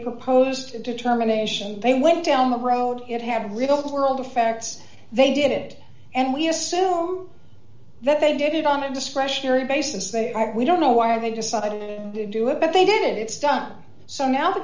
proposed determination they went down the road it have real world effects they did it and we assume that they did it on a discretionary basis they are we don't know why they decided to do a but they did it's done so now the